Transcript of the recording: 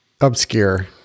obscure